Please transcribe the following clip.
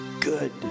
good